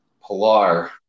Pilar